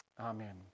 Amen